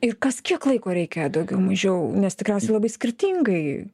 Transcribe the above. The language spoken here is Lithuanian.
ir kas kiek laiko reikia daugiau mažiau nes tikriausiai labai skirtingai